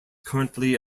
currently